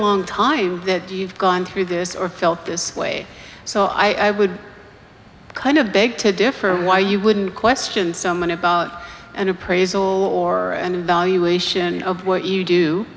long time that you've gone through this or felt this way so i would kind of beg to differ why you wouldn't question someone about an appraisal or an evaluation of what you do